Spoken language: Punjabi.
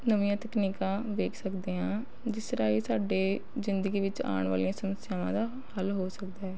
ਨਵੀਆਂ ਤਕਨੀਕਾਂ ਵੇਖ ਸਕਦੇ ਹਾਂ ਜਿਸ ਰਾਹੀਂ ਸਾਡੇ ਜ਼ਿੰਦਗੀ ਵਿੱਚ ਆਉਣ ਵਾਲੀਆਂ ਸਮੱਸਿਆਵਾਂ ਦਾ ਹੱਲ ਹੋ ਸਕਦਾ ਹੈ